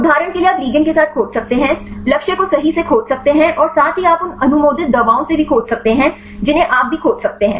उदाहरण के लिए आप लिगैंड के साथ खोज कर सकते हैं लक्ष्य को सही से खोज सकते हैं और साथ ही आप उन अनुमोदित दवाओं से भी खोज सकते हैं जिन्हें आप भी खोज सकते हैं